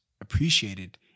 appreciated